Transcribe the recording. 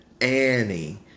Annie